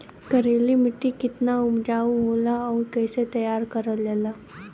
करेली माटी कितना उपजाऊ होला और कैसे तैयार करल जाला?